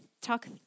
talk